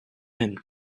him